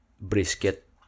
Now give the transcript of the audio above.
brisket